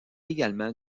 également